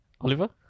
Oliver